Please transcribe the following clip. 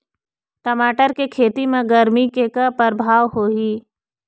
टमाटर के खेती म गरमी के का परभाव होही?